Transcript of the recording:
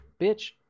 bitch